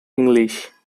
english